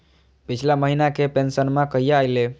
पिछला महीना के पेंसनमा कहिया आइले?